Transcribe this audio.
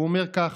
והוא אומר ככה: